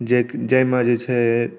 जाहिमे जे छै